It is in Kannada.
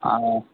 ಹಾನ್